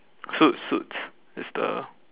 suits suits it's the